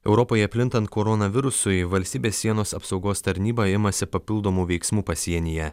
europoje plintant koronavirusui valstybės sienos apsaugos tarnyba imasi papildomų veiksmų pasienyje